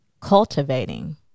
cultivating